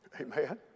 Amen